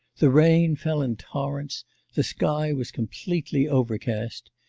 the rain fell in torrents the sky was completely overcast.